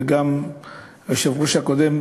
וגם היושב-ראש הקודם,